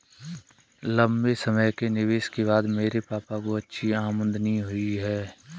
लंबे समय के निवेश के बाद मेरे पापा को अच्छी आमदनी हुई है